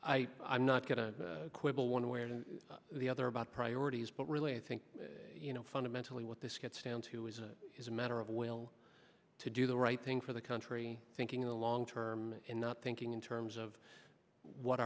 important i'm not going to quibble one way or the other about priorities but really i think you know fundamentally what this gets fans who is a is a matter of will to do the right thing for the country thinking in the long term and not thinking in terms of what